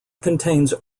contains